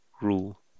rule